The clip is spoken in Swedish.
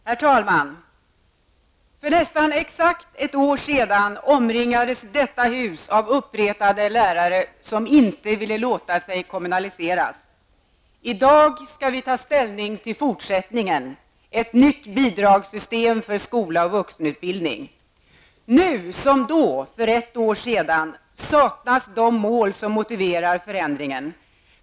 Herr talman! För nästan exakt ett år sedan omringades detta hus av uppretade lärare som inte ville låta sig kommunaliseras. I dag skall vi ta ställning till fortsättningen -- ett nytt bidragssystem för skola och vuxenutbildning. Nu som då -- för ett år sedan -- saknas de mål som motiverar förändringen.